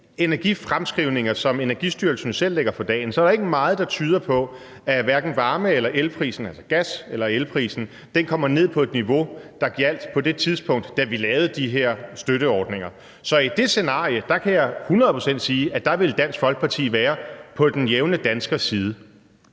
energifremskrivninger, som Energistyrelsen selv lægger for dagen, er der ikke meget, der tyder på, at gas- eller elprisen kommer ned på det niveau, der gjaldt på det tidspunkt, hvor vi lavede de her støtteordninger. Så i det scenarie kan jeg hundrede procent sige at Dansk Folkeparti vil være på den jævne danskers side.